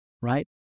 right